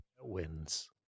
wins